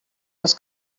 les